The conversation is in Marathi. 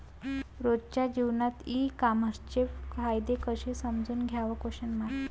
रोजच्या जीवनात ई कामर्सचे फायदे कसे समजून घ्याव?